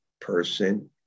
person